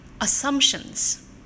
assumptions